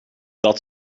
dat